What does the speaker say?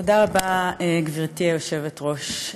תודה רבה, גברתי היושבת-ראש.